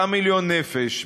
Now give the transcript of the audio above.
9 מיליון נפש.